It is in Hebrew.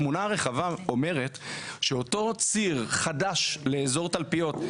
התמונה הרחבה אומרת שאותו ציר חדש לאזור תלפיות.